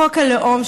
חוק הלאום,